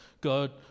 God